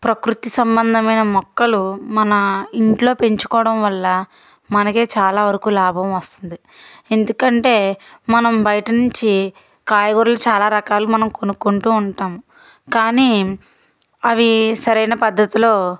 ప్రకృతి సంబంధమైన మొక్కలు మన ఇంట్లో పెంచుకోవడం వల్ల మనకే చాలా వరకు లాభం వస్తుంది ఎందుకంటే మనం బయట నుంచి కాయగూరలు చాలా రకాలు మనం కొనుక్కుంటూ ఉంటాము కానీ అవి సరైన పద్ధతిలో